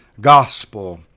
gospel